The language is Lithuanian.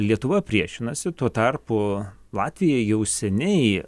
lietuva priešinasi tuo tarpu latvija jau seniai